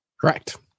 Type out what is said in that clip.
Correct